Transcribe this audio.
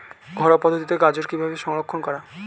ঘরোয়া পদ্ধতিতে গাজর কিভাবে সংরক্ষণ করা?